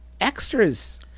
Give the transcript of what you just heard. extras